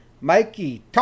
Mikey